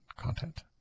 content